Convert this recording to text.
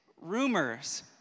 rumors